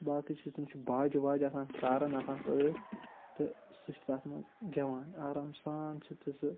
باقٕے چھُ تمِس چھُ باجہِ واجہِ آسان سارن آسان سۭتۍ تہٕ سُہ چھِ تَتھ منٛز گٮ۪وان آرام سان چھِ تہٕ سُہ